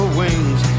wings